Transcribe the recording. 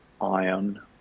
iron